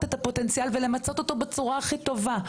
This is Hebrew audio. את הפוטנציאל ולמצות אותו בצורה הכי טובה.